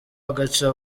agaca